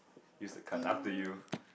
up to you